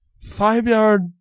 five-yard